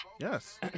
Yes